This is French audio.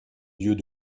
lieux